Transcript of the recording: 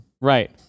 Right